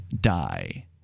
die